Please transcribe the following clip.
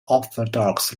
orthodox